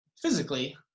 physically